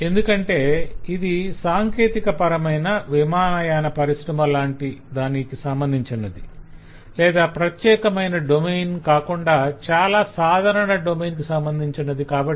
ఎందుకంటే ఇది సాంకేతికపరమైన విమానయాన పరిశ్రమ లాంటి దానికి సంబంధించినది లేదా ప్రత్యేకమైన డొమైన్ కాకుండా చాల సాధారణ డొమైన్ కు సంబంధించినది కాబట్టి